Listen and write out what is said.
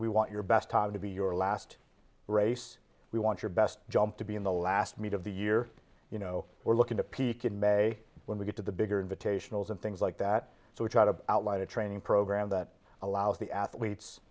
we want your best time to be your last race we want your best jump to be in the last meet of the year you know we're looking to peak in may when we get to the bigger invitationals and things like that so we try to outline a training program that allows the athletes